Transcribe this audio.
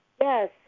Yes